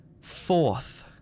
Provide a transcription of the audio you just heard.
Fourth